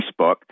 Facebook